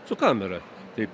su kamera taip